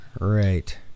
Right